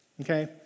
Okay